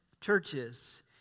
churches